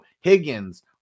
Higgins